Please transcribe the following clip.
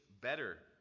better